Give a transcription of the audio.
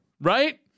Right